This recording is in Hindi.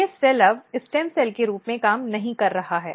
ये सेल्स अब स्टेम सेल के रूप में काम नहीं कर रहा है